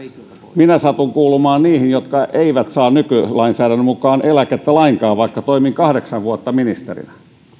minä satun kuulumaan niihin jotka eivät saa nykylainsäädännön mukaan eläkettä lainkaan vaikka toimin kahdeksan vuotta ministerinä